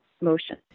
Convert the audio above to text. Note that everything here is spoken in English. motion